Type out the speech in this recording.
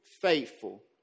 faithful